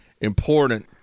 important